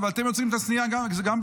אבל אתם יוצרים את השנאה גם בעצמכם.